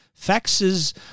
faxes